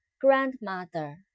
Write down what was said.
grandmother